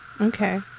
Okay